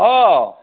অঁ